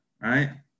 right